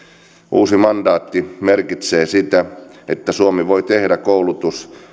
uusi mandaatti merkitsee sitä että suomi voi tehdä koulutus